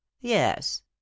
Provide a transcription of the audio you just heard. Yes